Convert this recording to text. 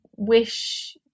Wish